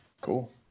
Cool